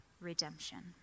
redemption